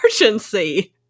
emergency